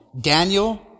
Daniel